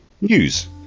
News